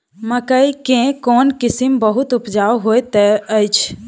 मकई केँ कोण किसिम बहुत उपजाउ होए तऽ अछि?